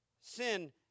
sin